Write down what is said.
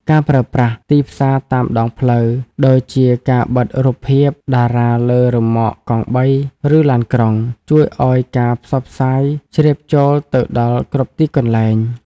ការប្រើប្រាស់ "ទីផ្សារតាមដងផ្លូវ" ដូចជាការបិទរូបភាពតារាលើរ៉ឺម៉កកង់បី ឬឡានក្រុង ជួយឱ្យការផ្សព្វផ្សាយជ្រាបចូលដល់គ្រប់ទីកន្លែង។